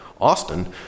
Austin